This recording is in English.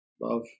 Love